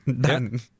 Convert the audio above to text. Done